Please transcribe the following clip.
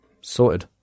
Sorted